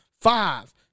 five